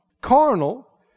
Carnal